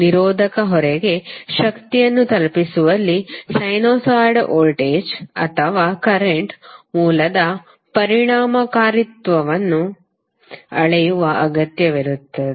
ನಿರೋಧಕ ಹೊರೆಗೆ ಶಕ್ತಿಯನ್ನು ತಲುಪಿಸುವಲ್ಲಿ ಸೈನುಸೈಡಲ್ ವೋಲ್ಟೇಜ್ ಅಥವಾ ಕರೆಂಟ್ ಮೂಲದ ಪರಿಣಾಮಕಾರಿತ್ವವನ್ನು ಅಳೆಯುವ ಅಗತ್ಯವಿರುತ್ತದೆ